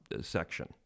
section